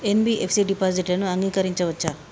NBFC డిపాజిట్లను అంగీకరించవచ్చా?